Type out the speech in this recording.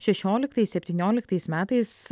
šešioliktais septynioliktais metais